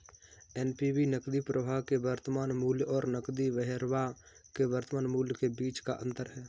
NPV नकदी प्रवाह के वर्तमान मूल्य और नकदी बहिर्वाह के वर्तमान मूल्य के बीच का अंतर है